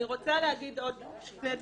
אני רוצה להגיד עוד שני דברים.